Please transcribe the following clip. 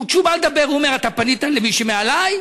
וכשהוא בא לדבר, הוא אומר: אתה פנית למישהי מעלי?